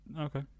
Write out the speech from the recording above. Okay